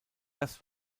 das